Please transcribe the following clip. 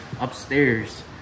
upstairs